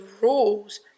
rules